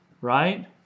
Right